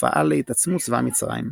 ופעל להתעצמות צבא מצרים.